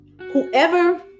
whoever